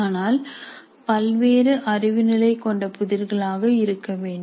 ஆனால் பல்வேறு அறிவு நிலை கொண்ட புதிர்கள் ஆக இருக்க வேண்டும்